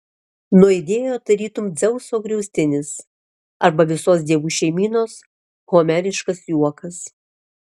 nuaidėjo tarytum dzeuso griaustinis arba visos dievų šeimynos homeriškas juokas